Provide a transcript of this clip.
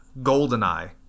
Goldeneye